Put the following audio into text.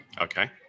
Okay